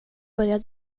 började